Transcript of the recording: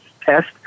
test